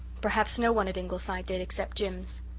perhaps no one at ingleside did except jims.